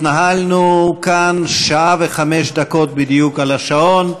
התנהלנו כאן שעה וחמש דקות בדיוק, על השעון.